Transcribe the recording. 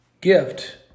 gift